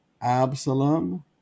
Absalom